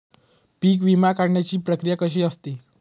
पीक विमा काढण्याची प्रक्रिया कशी असते?